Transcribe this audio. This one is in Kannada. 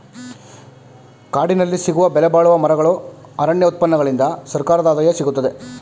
ಕಾಡಿನಲ್ಲಿ ಸಿಗುವ ಬೆಲೆಬಾಳುವ ಮರಗಳು, ಅರಣ್ಯ ಉತ್ಪನ್ನಗಳಿಂದ ಸರ್ಕಾರದ ಆದಾಯ ಸಿಗುತ್ತದೆ